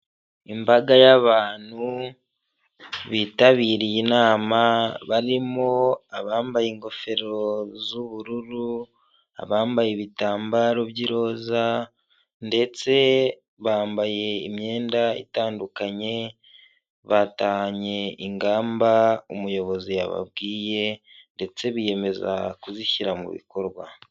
Imbaga y'abantu bitabiriye inama, barimo abambaye ingofero z'ubururu, abambaye ibitambaro by'iroza ndetse bambaye imyenda itandukanye, batahanye ingamba umuyobozi yababwiye ndetse biyemeza kuzishyira mu bikorwa.